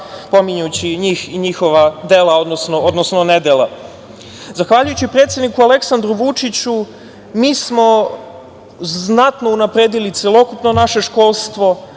pominjući njih i njihova dela, odnosno nedela. Zahvaljujući predsedniku Aleksandru Vučiću, mi smo znatno unapredili celokupno naše školstvo,